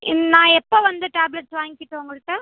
இல் நான் எப்போ வந்து டேப்லெட்ஸ் வாங்கிக்கிட்டும் உங்கள்கிட்ட